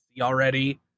already